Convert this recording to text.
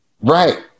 Right